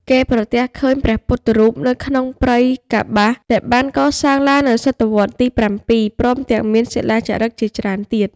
គេប្រទះឃើញ ព្រះពុទ្ធរូបនៅព្រៃកប្បាស ដែលបានកសាងឡើងនៅស.វ.ទី ៧ ព្រមទាំងមាន សិលាចារឹកជាច្រើនទៀត ។